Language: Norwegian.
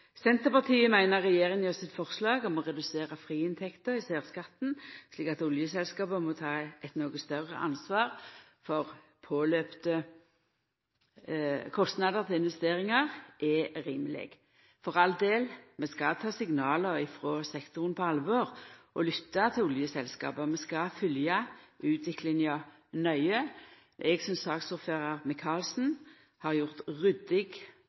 Senterpartiet meiner regjeringa sitt forslag om å redusera friinntekter i særskatten, slik at oljeselskapa må ta eit noko større ansvar for oppsamla kostnader til investeringar, er rimeleg. For all del: Vi skal ta signal frå sektoren på alvor og lytta til oljeselskapa, og vi skal fylgja utviklinga nøye. Eg synest saksordførar Micaelsen har gjort ryddig